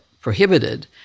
prohibited